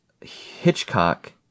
Hitchcock